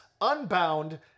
unbound